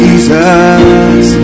Jesus